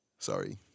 Sorry